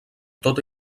tota